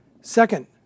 Second